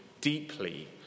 deeply